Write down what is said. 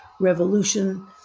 Revolution